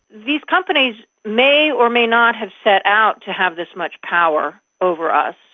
these companies may or may not have set out to have this much power over us,